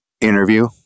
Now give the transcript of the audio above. interview